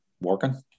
working